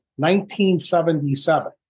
1977